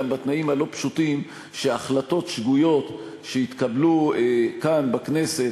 גם בתנאים הלא-פשוטים שהחלטות שגויות שהתקבלו כאן בכנסת,